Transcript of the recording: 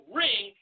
ring